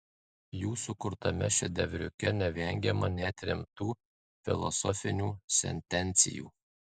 jų sukurtame šedevriuke nevengiama net rimtų filosofinių sentencijų